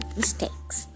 mistakes